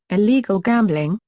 illegal gambling,